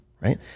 Right